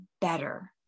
better